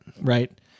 Right